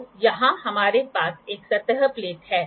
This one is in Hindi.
तो यहाँ हमारे पास एक सतह प्लेट है